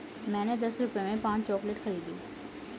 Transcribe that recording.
मैंने दस रुपए में पांच चॉकलेट खरीदी